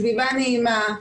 סביבה נעימה,